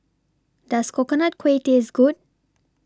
Does Coconut Kuih Taste Good